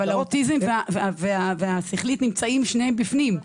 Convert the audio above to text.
אבל אוטיזם ומוגבלות שכלית שניהם בפנים,